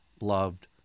Loved